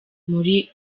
muri